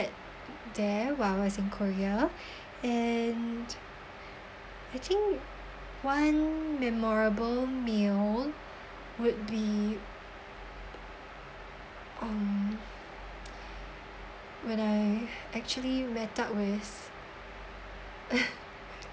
there while I was in korea and I think one memorable meal would be um when I actually met up with